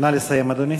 נא לסיים, אדוני.